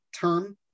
term